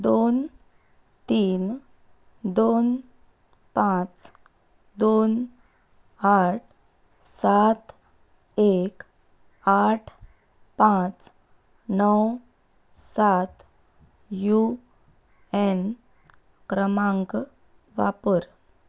दोन तीन दोन पांच दोन आठ सात एक आठ पांच णव सात यू एन क्रमांक वापर